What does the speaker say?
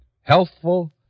Healthful